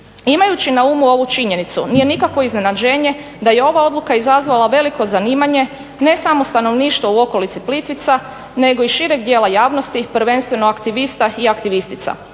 Imajući na umu ovu činjenicu nije nikakvo iznenađenje da je ova odluka izazvala veliko zanimanje ne samo stanovništva u okolici Plitvica nego i šireg djela javnosti prvenstveno aktivista i aktivistica.